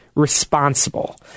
responsible